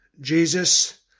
Jesus